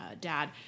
dad